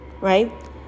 Right